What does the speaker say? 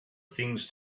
things